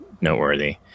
noteworthy